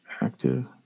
active